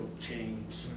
change